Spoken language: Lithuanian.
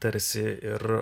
tarsi ir